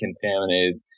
contaminated